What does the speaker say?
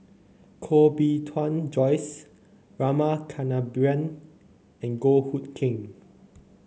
Koh Bee Tuan Joyce Rama Kannabiran and Goh Hood Keng